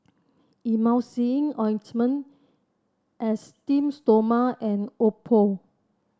Emulsying Ointment Esteem Stoma and Oppo